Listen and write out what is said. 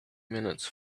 minutes